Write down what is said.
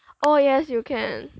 oh yes you can